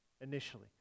initially